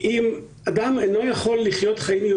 הזכות לאזרחות אינה מעוגנת בחוקה.